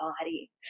body